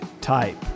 type